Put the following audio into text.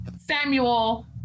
Samuel